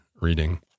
reading